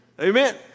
Amen